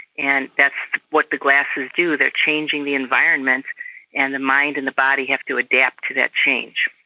and that's what the glasses do, they are changing the environment and the mind and the body have to adapt to that change.